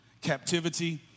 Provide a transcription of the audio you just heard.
captivity